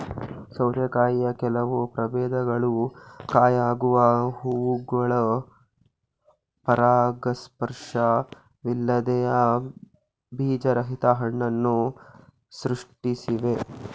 ಸೌತೆಕಾಯಿಯ ಕೆಲವು ಪ್ರಭೇದಗಳು ಕಾಯಾಗುವ ಹೂವುಗಳು ಪರಾಗಸ್ಪರ್ಶವಿಲ್ಲದೆಯೇ ಬೀಜರಹಿತ ಹಣ್ಣನ್ನು ಸೃಷ್ಟಿಸ್ತವೆ